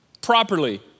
Properly